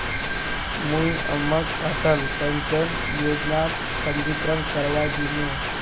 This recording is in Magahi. मुई अम्माक अटल पेंशन योजनात पंजीकरण करवइ दिमु